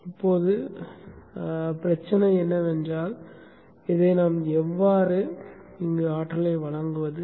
இப்போது பிரச்சினை என்னவென்றால் இதற்கு நாம் எவ்வாறு ஆற்றலை வழங்குவது